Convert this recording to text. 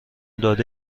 داده